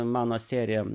mano serija